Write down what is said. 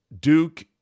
Duke